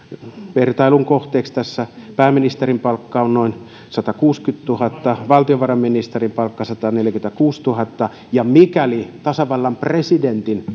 vertailun vuoksi pääministerin palkka on noin satakuusikymmentätuhatta valtiovarainministerin palkka sataneljäkymmentäkuusituhatta ja mikäli tasavallan presidentti